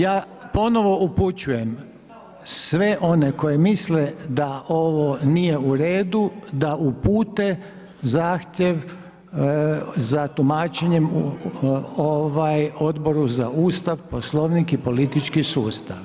Ja ponovo upućujem sve one koji misle da ovo nije u redu, da upute zahtjev za tumačenjem Odboru za Ustav, Poslovnik i politički sustav.